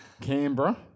Canberra